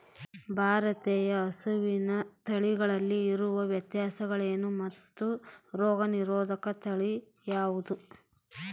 ಭಾರತೇಯ ಹಸುವಿನ ತಳಿಗಳಲ್ಲಿ ಇರುವ ವ್ಯತ್ಯಾಸಗಳೇನು ಮತ್ತು ರೋಗನಿರೋಧಕ ತಳಿ ಯಾವುದು?